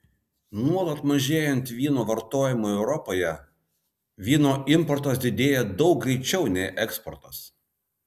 nuolat mažėjant vyno vartojimui europoje vyno importas didėja daug greičiau nei eksportas